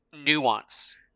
nuance